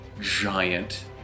giant